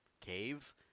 caves